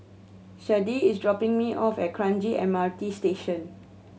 Sharde is dropping me off at Kranji M R T Station